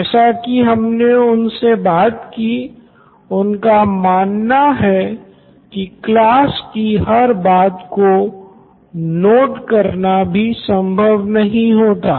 जैसे की हमने उनसे बात की उनका मानना है की क्लास की हर बात को नोट करना भी संभव नहीं होता